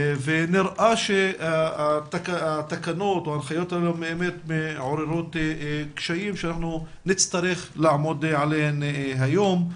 ונראה שההנחיות האלה באמת מעוררות קשיים שנצטרך לדבר עליהם היום,